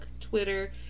Twitter